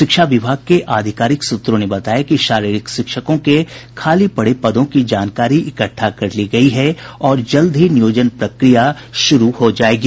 शिक्षा विभाग के आधिकारिक सूत्रों ने बताया कि शारीरिक शिक्षकों के खाली पड़े पदों की जानकारी इकट्ठा कर ली गयी है और जल्द ही नियोजन प्रक्रिया शुरू हो जायेगी